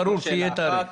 ברור שיהיה תאריך.